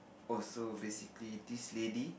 also basically this lady